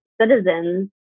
citizens